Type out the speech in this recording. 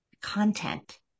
content